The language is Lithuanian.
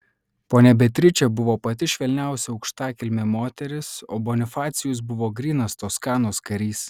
ponia beatričė buvo pati švelniausia aukštakilmė moteris o bonifacijus buvo grynas toskanos karys